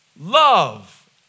love